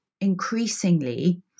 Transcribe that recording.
increasingly